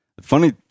Funny